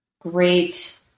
great